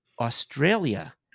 Australia